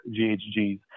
GHGs